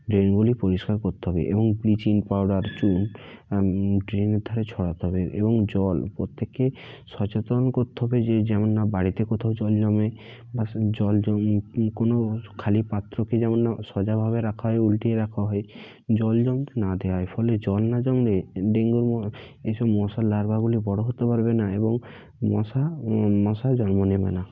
ড্রেনগুলি পরিষ্কার করতে হবে এবং ব্লিচিং পাউডার চুন ড্রেনের ধারে ছড়াতে হবে এবং জল প্রত্যেককে সচেতন করতে হবে যে যেন না বাড়িতে কোথাও জল জমে বা জল জমে ক কোনও খালি পাত্রকে যেন না সোজাভাবে রাখা হয় উলটিয়ে রাখা হয় জল জমতে না দেওয়া হয় ফলে জল না জমলে ডেঙ্গুর ম এইসব মশার লার্ভাগুলি বড়ো হতে পারবে না এবং মশা মশাও জন্ম নেবে না